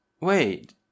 Wait